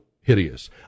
hideous